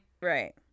right